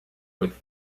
with